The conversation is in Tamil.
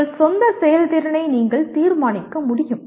உங்கள் சொந்த செயல்திறனை நீங்கள் தீர்மானிக்க முடியும்